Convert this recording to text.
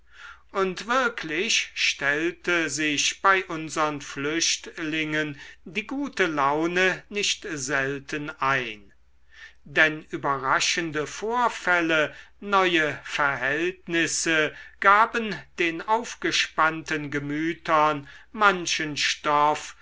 und wirklich stellte sich bei unsern flüchtlingen die gute laune nicht selten ein denn überraschende vorfälle neue verhältnisse gaben den aufgespannten gemütern manchen stoff